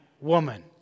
woman